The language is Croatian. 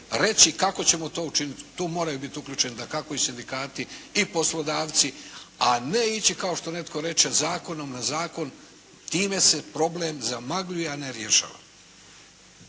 reći kako ćemo to učinit, tu moraju biti uključeni dakako i sindikati i poslodavci, a ne ići, kao što netko reče zakonom na zakon, time se problem zamagljuje a ne rješava.